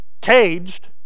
caged